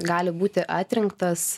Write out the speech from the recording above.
gali būti atrinktas